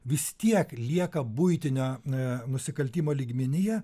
vis tiek lieka buitinio a nusikaltimo lygmenyje